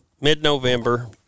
mid-November